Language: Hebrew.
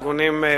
הארגונים,